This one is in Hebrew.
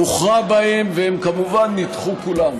הוכרע בהם, והם כמובן נדחו כולם,